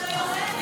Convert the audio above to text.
אולי עובדת.